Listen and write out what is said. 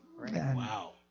Wow